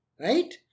Right